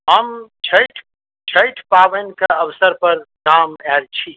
हम छठि छठि पावनिके अवसर पर गाम आयल छी